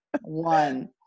One